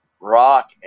rock